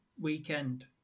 weekend